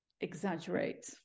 exaggerate